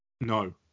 No